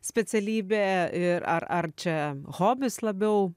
specialybė ir ar ar čia hobis labiau